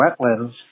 wetlands